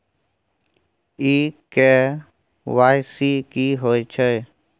इ के.वाई.सी की होय छै?